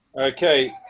Okay